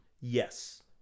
Yes